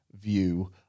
view